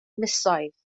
misoedd